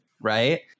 right